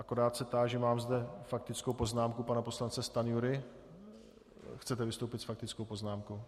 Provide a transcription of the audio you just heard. Akorát se táži mám zde faktickou poznámku pana poslance Stanjury chcete vystoupit s faktickou poznámkou?